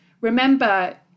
remember